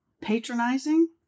patronizing